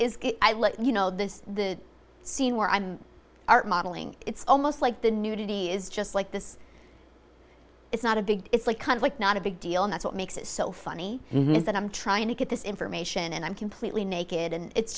one is you know the scene where i'm art modeling it's almost like the nudity is just like this it's not a big it's like not a big deal and that's what makes it so funny is that i'm trying to get this information and i'm completely naked and it's